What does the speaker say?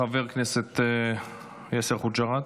חבר הכנסת יאסר חוג'יראת,